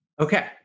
Okay